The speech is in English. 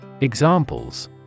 Examples